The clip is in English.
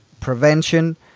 prevention